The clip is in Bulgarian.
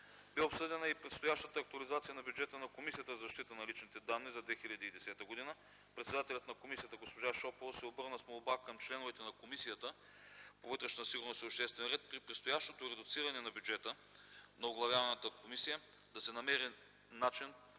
Бе обсъдена и предстоящата актуализация на бюджета на Комисията за защита на личните данни за 2010 г. Председателят на комисията госпожа Шопова се обърна с молба към членовете на Комисията по вътрешна сигурност и обществен ред при предстоящото редуциране на бюджета на оглавяваната от нея комисия да се намери начин,